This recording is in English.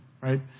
Right